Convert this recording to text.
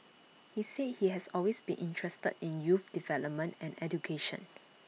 he said he has always been interested in youth development and education